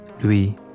Louis